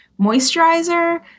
moisturizer